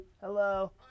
Hello